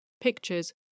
pictures